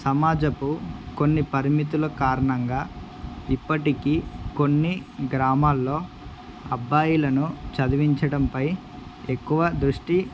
సమాజపు కొన్ని పరిమితుల కారణంగా ఇప్పటికీ కొన్ని గ్రామాల్లో అబ్బాయిలను చదివించడంపై ఎక్కువ దృష్టి